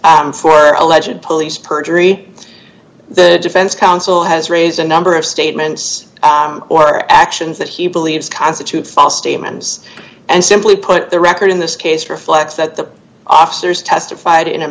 dismiss for a legit police perjury the defense counsel has raised a number of statements or actions that he believes constitute fos statements and simply put the record in this case reflects that the officers testified in a